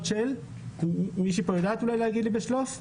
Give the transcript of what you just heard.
--- אתן יודעות להגיד לי בשלוף?